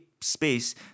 space